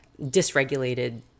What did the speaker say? dysregulated